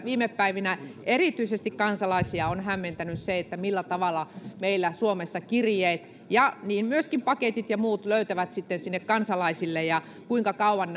viime päivinä kansalaisia on hämmentänyt erityisesti se millä tavalla meillä suomessa kirjeet ja myöskin paketit ja muut löytävät sitten sinne kansalaisille ja kuinka kauan